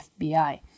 FBI